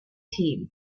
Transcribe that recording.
team